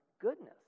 goodness